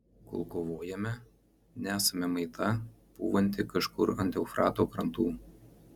kol kovojame nesame maita pūvanti kažkur ant eufrato krantų